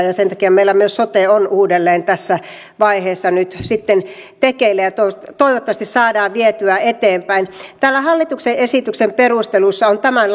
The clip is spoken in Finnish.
ja sen takia meillä myös sote on uudelleen tässä vaiheessa nyt sitten tekeillä ja toivottavasti saadaan sitä vietyä eteenpäin täällä hallituksen esityksen perusteluissa on tämän